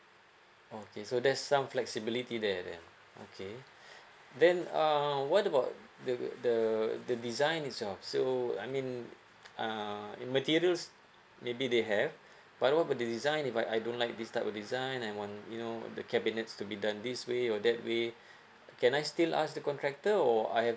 okay so there's some flexibility there then okay then uh what about the the the design itself so I mean uh materials maybe they have but what about the design if I I don't like this type of design I want you know the cabinets to be done this way or that way can I still ask the contractor or I have